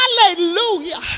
Hallelujah